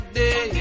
day